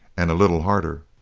and a little harder!